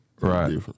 right